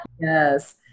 Yes